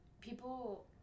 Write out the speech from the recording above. people